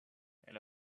and